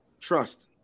trust